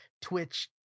Twitch